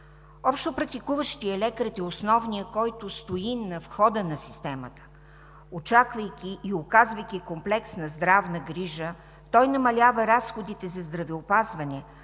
Общопрактикуващият лекар е основният, който стои на входа на системата. Очаквайки и оказвайки комплексна здравна грижа, той намалява разходите за здравеопазване,